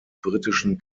britischen